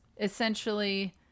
essentially